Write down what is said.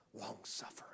long-suffering